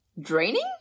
draining